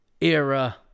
era